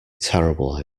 terrible